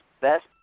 best